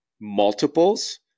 multiples